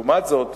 לעומת זאת,